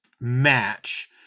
match